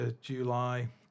July